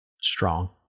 Strong